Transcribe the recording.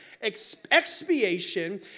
Expiation